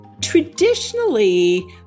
Traditionally